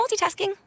multitasking